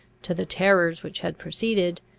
to the terrors which had preceded,